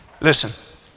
Listen